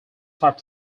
type